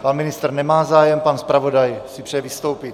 Pan ministr nemá zájem, pan zpravodaj si přeje vystoupit.